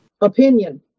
opinion